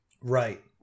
Right